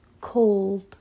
cold